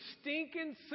stinking